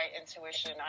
intuition